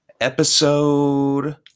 episode